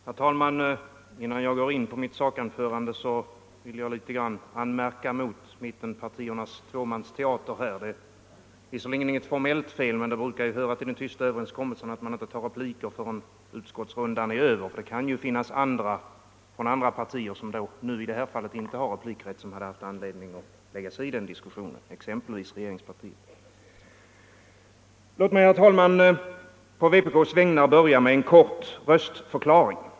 Herr talman! Innan jag går in på mitt sakanförande vill jag litet grand anmärka mot mittenpartiernas tvåmansteater här. Det är visserligen inget formellt fel, men det brukar höra till den tysta överenskommelsen att man inte tar replik förrän utskottsrundan är över. Det kan ju finnas företrädare för andra partier som i det här fallet inte har replikrätt men som haft anledning att lägga sig i diskussionen, exempelvis en talesman för regeringspartiet. Låt mig, herr talman, på vpk:s vägnar börja med en kort röstförklaring.